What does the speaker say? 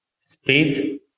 speed